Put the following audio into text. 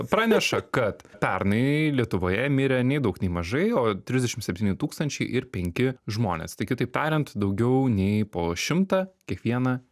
praneša kad pernai lietuvoje mirė nei daug nei mažai o trisdešim septyni tūkstančiai ir penki žmonės tai kitaip tariant daugiau nei po šimtą kiekvieną